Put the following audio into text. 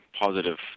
positive